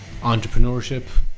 entrepreneurship